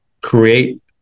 create